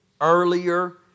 earlier